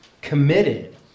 committed